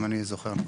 אם אני זוכר נכון.